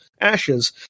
ashes